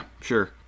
sure